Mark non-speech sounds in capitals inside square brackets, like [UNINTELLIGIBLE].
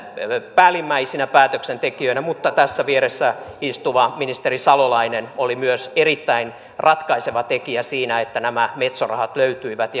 päällimmäisinä päätöksentekijöinä mutta tässä vieressä istuva ministeri salolainen oli myös erittäin ratkaiseva tekijä siinä että nämä metso rahat löytyivät [UNINTELLIGIBLE]